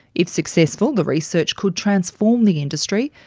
if successful, the research could transform the industry,